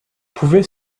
pouvait